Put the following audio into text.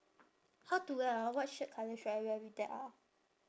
how to wear ah what shirt colour should I wear with that ah